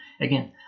again